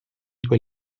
due